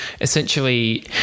essentially